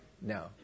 No